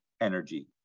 energy